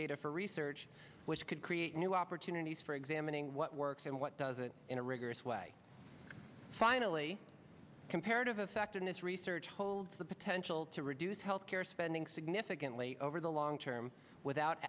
data for research which could cry new opportunities for examining what works and what doesn't in a rigorous way finally comparative effectiveness research holds the potential to reduce health care spending significantly over the long term without